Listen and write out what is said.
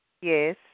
Yes